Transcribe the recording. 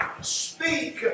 speak